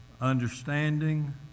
understanding